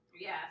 Yes